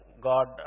God